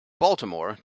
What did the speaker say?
baltimore